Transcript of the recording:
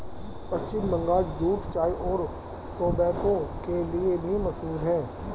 पश्चिम बंगाल जूट चाय और टोबैको के लिए भी मशहूर है